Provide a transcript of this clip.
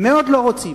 מאוד לא רוצים,